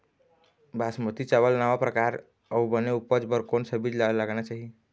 बासमती चावल नावा परकार अऊ बने उपज बर कोन सा बीज ला लगाना चाही?